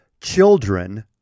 children